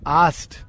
asked